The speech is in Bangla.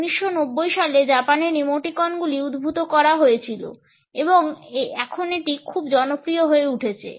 1990 সালে জাপানে ইমোটিকনগুলি উদ্ভূত হয়েছিল এবং এখন এটি খুব জনপ্রিয় হয়ে উঠেছে